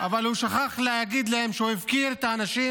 אבל הוא שכח להגיד להם שהוא הפקיר את האנשים